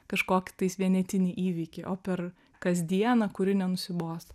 kažkokį tais vienetinį įvykį o per kasdieną kuri nenusibos